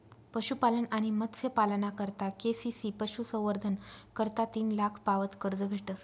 पशुपालन आणि मत्स्यपालना करता के.सी.सी पशुसंवर्धन करता तीन लाख पावत कर्ज भेटस